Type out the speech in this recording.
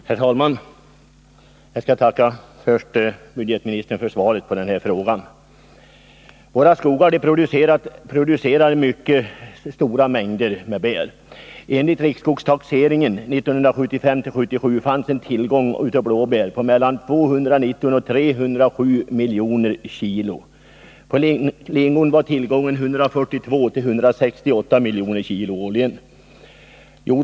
Herr talman! Jag tackar budgetministern för svaret på min fråga. Våra skogar producerar mycket stora mängder bär. Enligt riksskogstaxeringen 1975-1977 fanns det en tillgång av blåbär på 219-307 miljoner kilo. På lingon var tillgången 142-168 miljoner kilo årligen.